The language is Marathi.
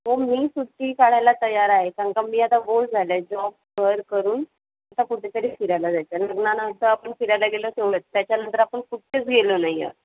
हो मी सुट्टी काढायला तयार आहे कारण का मी आता बोर झालं आहे जॉब करकरून आता कुठेतरी फिरायला जायचं आहे लग्नानंतर आपण फिरायला गेलो तेवढं त्याच्यानंतर आपण कुठेच गेलो नाही आहे